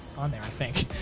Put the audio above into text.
on there, i think.